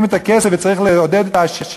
את הכסף שלהם וצריך לעודד את העשירים,